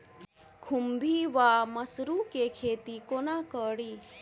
खुम्भी वा मसरू केँ खेती कोना कड़ी?